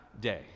day